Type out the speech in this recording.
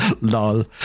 lol